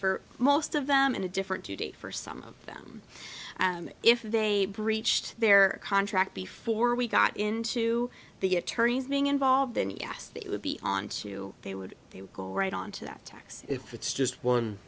for most of them in a different today for some of them if they breached their contract before we got into the attorneys being involved then yes they would be on to they would they would go right on to that tax if it's just one